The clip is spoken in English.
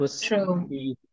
true